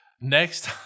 Next